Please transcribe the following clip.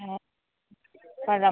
പിന്നെ പഴം